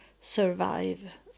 survive